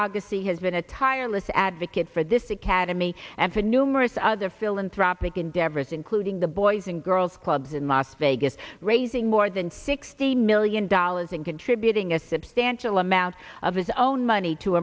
agassi has been a tireless advocate for this academy and for numerous other philanthropic endeavors including the boys and girls clubs in las vegas raising more than sixty million dollars and contributing a substantial amount of his own money to